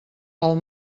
pel